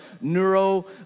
neuro